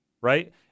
right